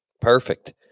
Perfect